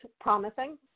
promising